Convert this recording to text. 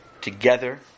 together